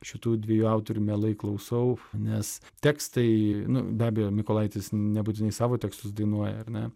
šitų dviejų autorių mielai klausau nes tekstai nu be abejo mikolaitis nebūtinai savo tekstus dainuoja ar ne